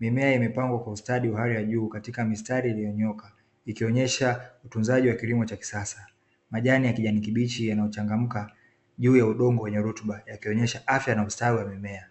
Mimea imepangwa kwa ustadi wa hali ya juu katika mistali iliyo nyooka ikionyesha utunzaji wa kilimo cha kisasa, Majani ya kijani kibichi yanayo changamka juu ya udongo wenye rutba yaikionyesha afya na ustawi wa mimea.